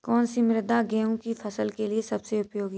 कौन सी मृदा गेहूँ की फसल के लिए सबसे उपयोगी है?